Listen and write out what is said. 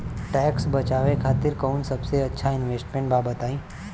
Tax बचावे खातिर कऊन सबसे अच्छा इन्वेस्टमेंट बा बताई?